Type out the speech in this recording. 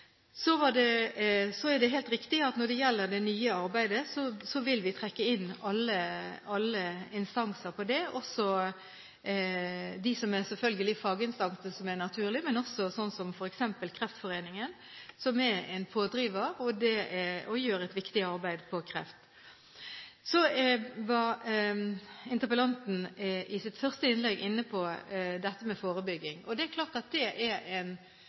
Så er det helt riktig at vi vil trekke inn alle instanser i det nye arbeidet – selvfølgelig faginstanser, det er naturlig – men også f.eks. Kreftforeningen, som er en pådriver og gjør et viktig arbeid når det gjelder kreft. I sitt første innlegg var interpellanten inne på dette med forebygging. Det er klart at det er